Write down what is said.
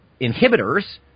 inhibitors